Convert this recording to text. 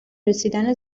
رسیدن